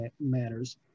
matters